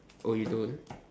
you don't